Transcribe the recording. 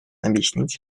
объяснить